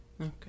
Okay